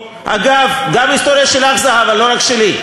אגב, גם ההיסטוריה שלך, זהבה, לא רק שלי.